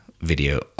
video